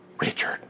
Richard